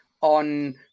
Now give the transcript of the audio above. on